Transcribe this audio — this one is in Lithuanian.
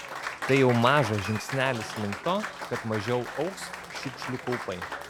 tai jau mažas žingsneli lik to kad mažiau augs šiukšlių kaupai